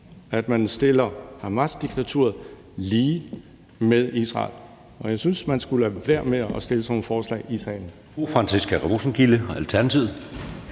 at man stiller Hamasdiktaturet lige med Israel, og jeg synes, at man skulle lade være med at fremsætte sådan nogle forslag i salen.